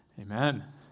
Amen